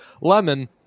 lemon